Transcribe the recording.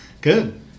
Good